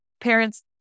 parents